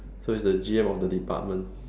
so he's the G_M of the department